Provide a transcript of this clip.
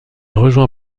rejoint